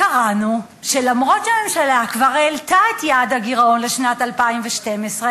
קראנו שלמרות שהממשלה כבר העלתה את יעד הגירעון לשנת 2012,